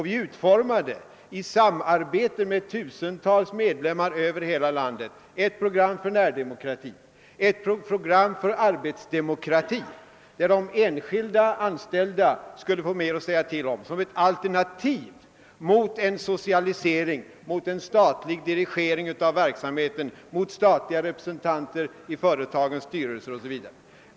Vi utformade i samarbete med tusentals medlemmar över hela landet ett program för närdemokrati, för arbetsdemokrati, enligt vilket de enskilda anställda skulle få mer ait säga till om som alternativ till en socialisering, till en statlig dirigering av verksamheten, till statliga representanter i företagsstyrelser o.s.v.